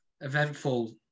eventful